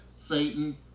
Satan